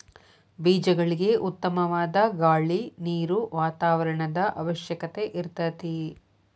ಬೇಜಗಳಿಗೆ ಉತ್ತಮವಾದ ಗಾಳಿ ನೇರು ವಾತಾವರಣದ ಅವಶ್ಯಕತೆ ಇರತತಿ